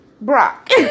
Brock